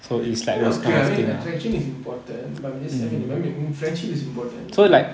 oh okay I mean attraction is important but I mean friendship is important